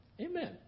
Amen